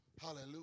Hallelujah